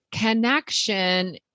connection